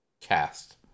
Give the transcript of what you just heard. cast